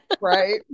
Right